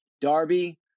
Darby